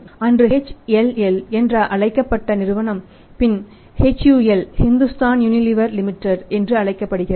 அன்று HLL என்று அழைக்கப்பட்ட நிறுவனம் பின் HUL என்று அழைக்கப்படுகிறது